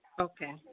Okay